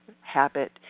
habit